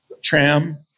tram